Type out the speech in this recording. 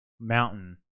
Mountain